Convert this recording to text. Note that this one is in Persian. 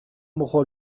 بخور